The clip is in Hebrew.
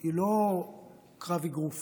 היא לא קרב אגרוף